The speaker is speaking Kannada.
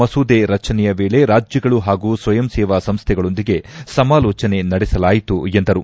ಮಸೂದೆ ರಚನೆಯ ವೇಳೆ ರಾಜ್ಯಗಳು ಹಾಗೂ ಸ್ವಯಂಸೇವಾ ಸಂಸ್ಥೆಗಳೊಂದಿಗೆ ಸಮಾಲೋಚನೆ ನಡೆಸಲಾಯಿತು ಎಂದರು